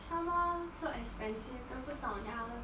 somemore so expensive 都不懂要